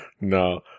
No